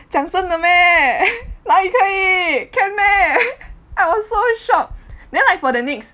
讲真的 meh 哪里可以 can meh I was so shocked then like for the next